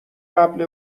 قبل